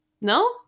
No